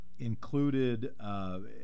Included